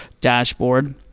dashboard